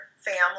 family